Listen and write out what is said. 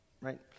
Right